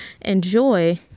enjoy